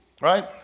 right